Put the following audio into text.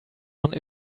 one